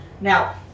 Now